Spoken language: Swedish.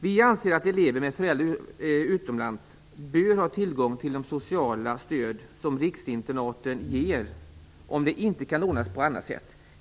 Vi anser att elever med föräldrar utomlands bör ha tillgång till det sociala stöd som riksinternatet ger om detta inte kan ordnas på annat sätt.